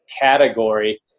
category